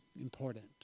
important